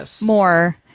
more